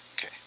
Okay